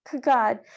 God